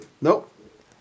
Nope